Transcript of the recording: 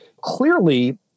clearly